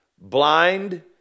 blind